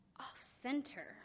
off-center